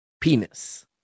penis